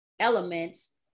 elements